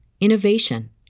innovation